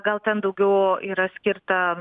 gal ten daugiau yra skirta